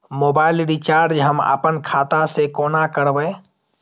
Mobile recharge हम आपन खाता से कोना करबै?